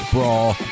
Brawl